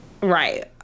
Right